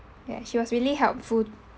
ya she was really helpful